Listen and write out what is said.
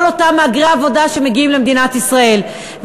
אותם מהגרי עבודה שמגיעים למדינת ישראל.